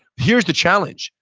here's the challenge,